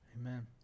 Amen